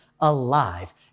alive